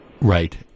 right